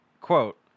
quote